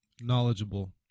knowledgeable